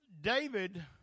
David